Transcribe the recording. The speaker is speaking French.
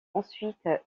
ensuite